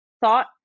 thought